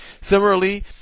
Similarly